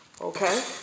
Okay